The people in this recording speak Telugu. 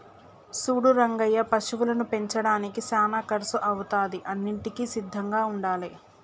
సూడు రంగయ్య పశువులను పెంచడానికి సానా కర్సు అవుతాది అన్నింటికీ సిద్ధంగా ఉండాలే